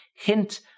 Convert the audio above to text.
hint